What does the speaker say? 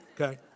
Okay